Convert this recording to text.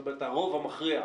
הרוב המכריע